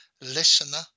listener